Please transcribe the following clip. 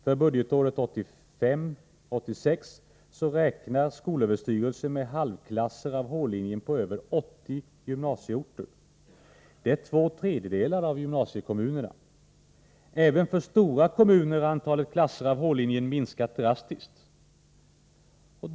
För budgetåret 1985/86 räknar skolöverstyrelsen med halvklasser av h-linjen på över 80 gymnasieorter. Det är två tredjedelar av gymnasiekommunerna. Även för stora kommuner har antalet klasser av h-linjen minskat drastiskt.